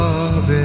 Love